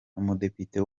umudepite